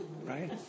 right